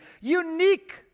unique